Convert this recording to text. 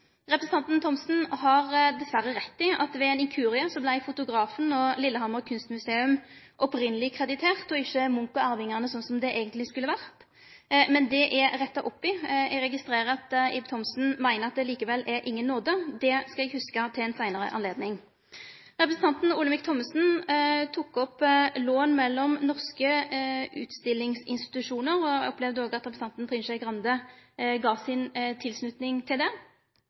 Representanten Thomsen har dessverre rett i at ved ein inkurie vart fotografen og Lillehammer Kunstmuseum opphavleg krediterte, og ikkje Munch og arvingane, som det eigentleg skulle vore. Men det er retta opp i. Eg registrerer at Ib Thomsen likevel meiner at det er ingen nåde. Det skal eg hugse til ei seinare anledning. Representanten Olemic Thommessen tok opp lån mellom norske utstillingsinstitusjonar, og eg opplevde at representanten Trine Skei Grande òg gav tilslutning til det.